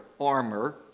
armor